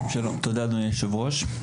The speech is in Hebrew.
תודה, אדוני היושב-ראש.